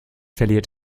verliert